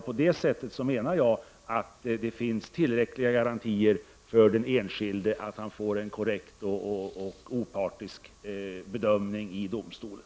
På det sättet, menar jag, att det finns tillräckliga garantier för den enskilde att få en korrekt och opartisk bedömning i domstolen.